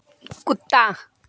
कुत्ता